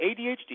ADHD